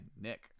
Nick